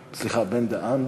סליחה, בן-דהן.